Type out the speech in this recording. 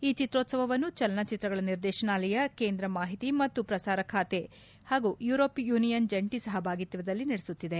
ಈ ಚಿತ್ರೋತ್ಸವವನ್ನು ಚಲನಚಿತ್ರಗಳ ನಿರ್ದೇಶನಾಲಯ ಕೇಂದ್ರ ಮಾಹಿತಿ ಮತ್ತು ಪ್ರಸಾರ ಖಾತೆ ಯುರೋಪಿಯನ್ ಯೂನಿಯನ್ ಜಂಟಿ ಸಹಭಾಗಿತ್ವದಲ್ಲಿ ನಡೆಸುತ್ತಿದೆ